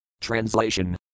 Translation